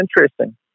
interesting